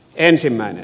ensimmäinen